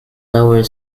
lower